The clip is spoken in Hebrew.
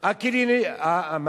נהנים מהפרי האסור.